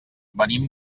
venim